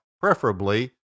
preferably